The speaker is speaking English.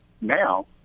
now